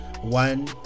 One